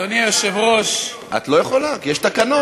אדוני היושב-ראש, את לא יכולה, כי יש תקנון.